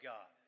God